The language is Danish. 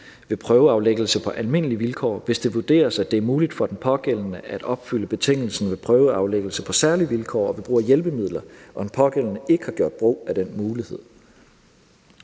ved prøveaflæggelse på almindelige vilkår, hvis det vurderes, at det er muligt for den pågældende at opfylde betingelsen ved prøveaflæggelse på særlige vilkår og ved brug af hjælpemidler, og at den pågældende ikke har gjort brug af den mulighed.